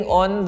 on